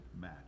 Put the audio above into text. match